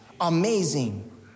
Amazing